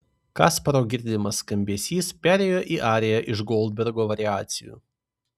kasparo girdimas skambesys perėjo į ariją iš goldbergo variacijų